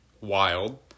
wild